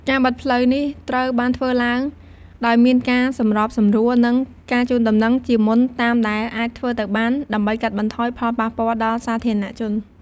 ការបិទផ្លូវនេះត្រូវបានធ្វើឡើងដោយមានការសម្របសម្រួល និងការជូនដំណឹងជាមុនតាមដែលអាចធ្វើទៅបាន ដើម្បីកាត់បន្ថយផលប៉ះពាល់ដល់សាធារណជន។